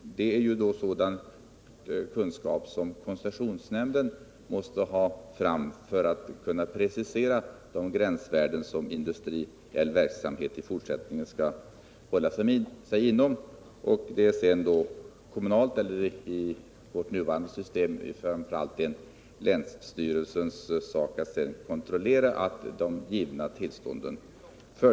Det är sådan kunskap som koncessionsnämnden måste ta fram för att kunna precisera de gränsvärden som industriell verksamhet i fortsättningen skall hålla sig inom. Det blir sedan länsstyrelsernas sak att kontrollera att man håller sig inom ramen för de givna tillstånden.